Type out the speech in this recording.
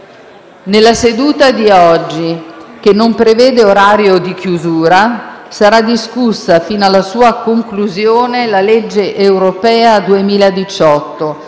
Nella seduta di oggi, che non prevede orario di chiusura, sarà discussa fino alla sua conclusione la legge europea 2018.